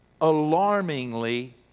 alarmingly